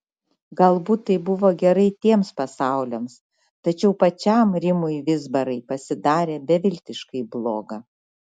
galbūt tai buvo gerai tiems pasauliams tačiau pačiam rimui vizbarai pasidarė beviltiškai bloga